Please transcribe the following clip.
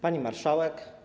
Pani Marszałek!